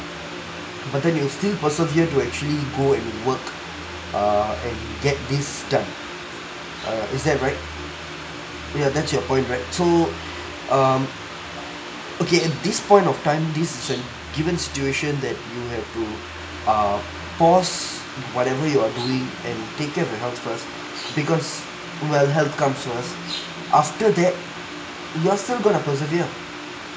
but then you still persevere to actually go and work err and get this done uh is that right ya that's your point right so um okay at this point of time this is an given situation that you have to uh pause whatever you are doing and take care of your health first because well health comes first after that you are still going to persevere